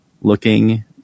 looking